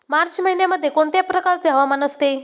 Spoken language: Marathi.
मार्च महिन्यामध्ये कोणत्या प्रकारचे हवामान असते?